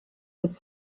was